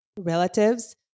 relatives